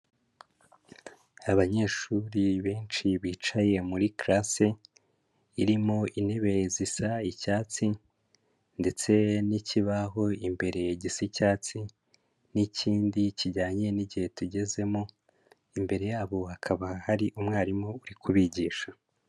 Abanyeshuri benshi bicaye muri class irimo intebe zisa icyatsi ndetse n'ikibaho imbere gisa icyatsi n'ikindi kijyanye n'igihe tugezemo, imbere yabo hakaba hari umwarimu uri kubigisha.